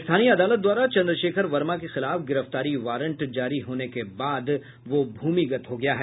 स्थानीय अदालत द्वारा चन्द्रशेखर वर्मा के खिलाफ गिरफ्तारी वारंट जारी होने के बाद वो भूमिगत हो गया है